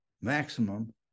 maximum